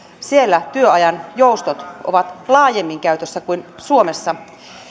siellä työajan joustot ovat laajemmin käytössä kuin suomessa